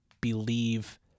believe